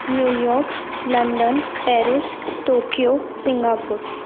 New York London Paris Tokyo Singapore